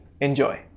Enjoy